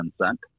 consent